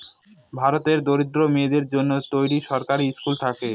ভারতের দরিদ্র মেয়েদের জন্য তৈরী সরকারি স্কুল থাকে